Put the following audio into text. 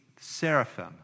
seraphim